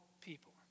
people